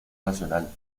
nacional